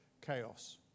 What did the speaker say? chaos